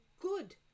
good